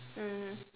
mm